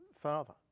Father